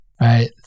Right